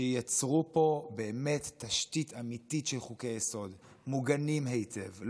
שייצרו פה באמת תשתית אמיתית של חוקי-יסוד מוגנים היטב,